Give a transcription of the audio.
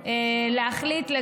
סליחה,